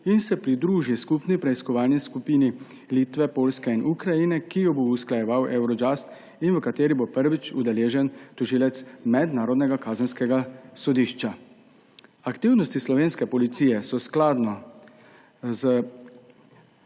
in se pridruži skupni preiskovalni skupini Litve, Poljske in Ukrajine, ki jo bo usklajeval Eurojust in v kateri bo prvič udeležen tožilec Mednarodnega kazenskega sodišča. Aktivnosti slovenske Policije so skladno s